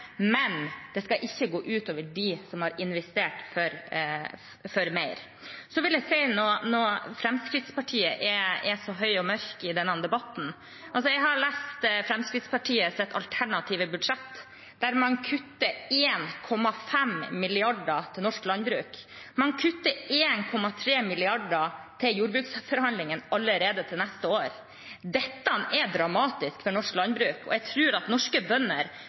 men det skal ikke gå ut over dem som har investert for mer. Når Fremskrittspartiet er så høy og mørk i denne debatten, vil jeg si at jeg har lest Fremskrittspartiets alternative budsjett, der man vil kutte 1,5 mrd. kr til norsk landbruk. Man vil kutte 1,3 mrd. kr til jordbruksforhandlingene allerede til neste år. Dette ville vært dramatisk for norsk landbruk. Jeg tror at norske bønder